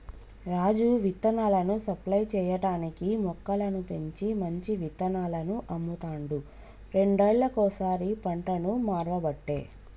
రాజు విత్తనాలను సప్లై చేయటానికీ మొక్కలను పెంచి మంచి విత్తనాలను అమ్ముతాండు రెండేళ్లకోసారి పంటను మార్వబట్టే